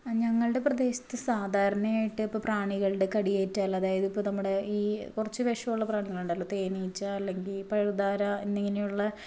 ഞങ്ങളുടെ പ്രദേശത്ത് സാധാരണയായിട്ട് ഇപ്പോൾ പ്രാണികളുടെ കടിയേറ്റാൽ അതായത് ഇപ്പോൾ നമ്മുടെ ഈ കുറച്ച് വിഷമുള്ള പ്രാണികളൊണ്ടല്ലോ തേനീച്ച അല്ലെങ്കിൽ പഴുതാര എന്നിങ്ങനെയുള്ള